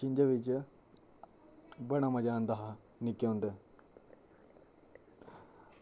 छिंजा बिच बड़ा मजा आंदा हा निक्के होंदे